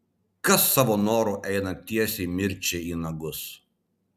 kas savo noru eina tiesiai mirčiai į nagus